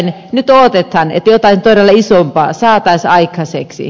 nyt odotetaan että jotain todella isompaa saataisiin aikaiseksi